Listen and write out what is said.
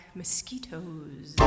mosquitoes